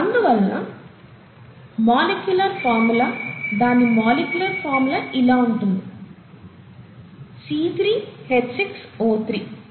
అందువల్ల molecular formula దాని molecular formula ఇలా ఉంటుంది C3H6O3